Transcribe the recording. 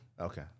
Okay